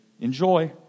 Enjoy